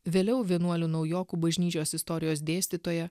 vėliau vienuolių naujokų bažnyčios istorijos dėstytoja